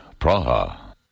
Praha